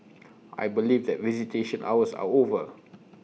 I believe that visitation hours are over